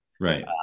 Right